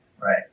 Right